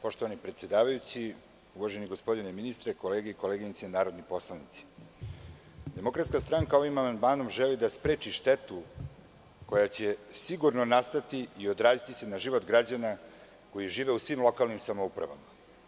Poštovani predsedavajući, uvaženi gospodine ministre, kolege i koleginice narodni poslanici, Demokratska stranka ovim amandmanom želi da spreči štetu koja će sigurno nastati i odraziti se na život građana koji žive u svim lokalnim samoupravama.